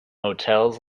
hotels